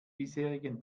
bisherigen